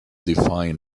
defying